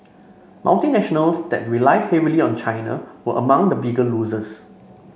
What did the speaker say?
multinationals that rely heavily on China were among the bigger losers